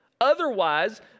Otherwise